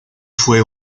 fue